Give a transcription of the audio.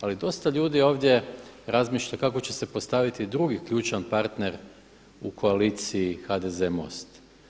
Ali dosta ljudi ovdje razmišlja kako će se postaviti drugi ključan partner u koaliciji HDZ-e Most.